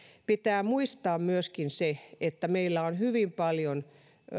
pitää muistaa myöskin se että meillä on hyvin paljon